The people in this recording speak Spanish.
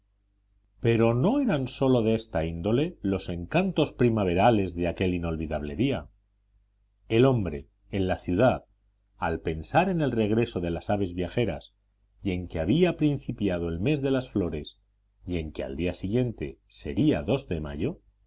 pero no eran sólo de esta índole los encantos primaverales de aquel inolvidable día el hombre en la ciudad al pensar en el regreso de las aves viajeras y en que había principiado el mes de las flores y en que el día siguiente sería dos de mayo